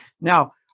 Now